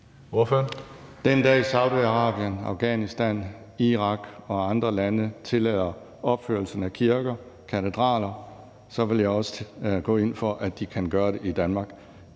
Den dag Saudi-Arabien, Afghanistan, Irak og andre lande tillader opførelsen af kirker og katedraler, vil jeg også gå ind for, at de kan gøre det samme i Danmark.